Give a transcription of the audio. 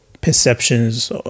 perceptions